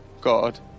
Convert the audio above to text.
God